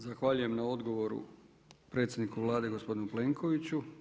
Zahvaljujem na odgovoru predsjedniku Vlade, gospodinu Plenkoviću.